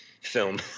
film